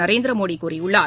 நரேந்திரமோடி கூறியுள்ளார்